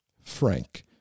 FRANK